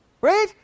Right